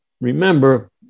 remember